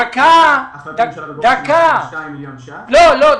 --- לא, לא.